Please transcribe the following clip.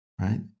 right